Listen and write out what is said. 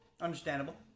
Understandable